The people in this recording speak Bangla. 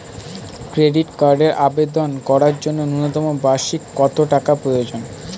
ক্রেডিট কার্ডের আবেদন করার জন্য ন্যূনতম বার্ষিক কত টাকা প্রয়োজন?